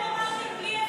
אתם אמרתם בלי,